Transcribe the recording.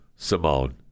Simone